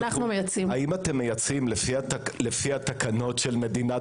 האם אתם מייצאים לפי התקנות של מדינת